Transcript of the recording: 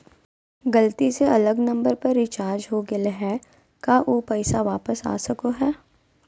गलती से अलग नंबर पर रिचार्ज हो गेलै है का ऊ पैसा वापस आ सको है?